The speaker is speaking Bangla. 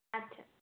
আচ্ছা